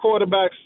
quarterbacks